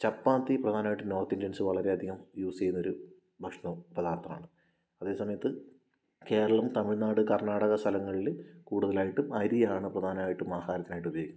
ചപ്പാത്തി പ്രധാനമായിട്ടും north Indians വളരെയധികം use ചെയ്യുന്നൊരു ഭക്ഷണപദാർത്ഥമാണ് അതേസമയത്ത് കേരളം തമിഴ്നാട് കർണാടക സ്ഥലങ്ങളില് കൂടുതലായിട്ടും അരിയാണ് പ്രധാനമായിട്ടും ആഹാരത്തിനായിട്ട് ഉപയോഗിക്കുന്നത്